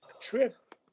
trip